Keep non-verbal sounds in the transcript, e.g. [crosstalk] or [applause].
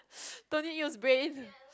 [noise] don't need use brain